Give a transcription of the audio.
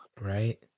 Right